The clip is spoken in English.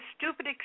stupid